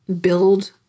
build